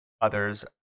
others